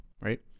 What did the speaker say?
right